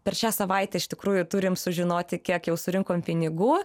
per šią savaitę iš tikrųjų turim sužinoti kiek jau surinkom pinigų